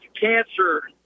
cancer